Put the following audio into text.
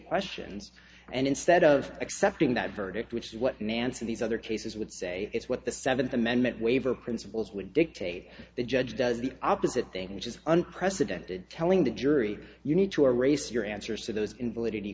questions and instead of accepting that verdict which is what nancy these other cases would say it's what the seventh amendment waiver principles would dictate the judge does the opposite thing which is unprecedented telling the jury you need to erase your answers to those invalid